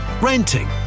renting